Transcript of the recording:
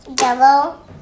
Yellow